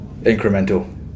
incremental